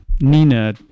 Nina